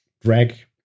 drag